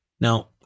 Now